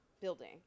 building